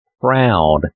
proud